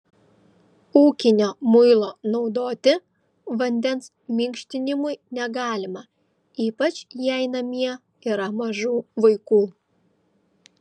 ūkinio muilo naudoti vandens minkštinimui negalima ypač jei namie yra mažų vaikų